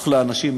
אחלה אנשים,